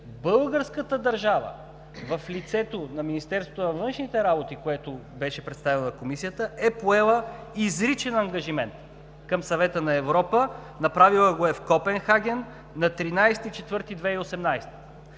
Българската държава в лицето на Министерството на външните работи, което беше представила Комисията, е поела изричен ангажимент към Съвета на Европа, направила го е в Копенхаген на 13